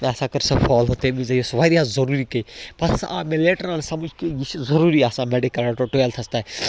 مےٚ ہسا کٔر سۄ فالو تَمہِ وِزِ یُس واریاہ ضُروٗری کہِ پتہٕ ہَسا آو مےٚ لیٚٹر آن سمٕجھ کہِ یہِ چھُ ضُروٗری آسان مٮ۪ڈِکٕل رَٹُن ٹُوٮ۪لتھَس تام